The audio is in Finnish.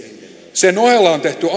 sen ohella on tehty